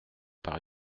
par